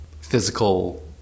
physical